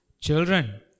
children